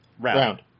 round